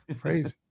Crazy